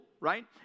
Right